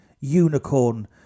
Unicorn